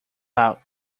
out